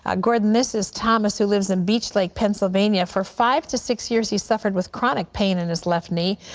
ah gordon, this is thomas, who lives in beach lake, pennsylvania. for five to six years he suffered with chronic pain in his left knee.